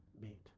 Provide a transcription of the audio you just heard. meet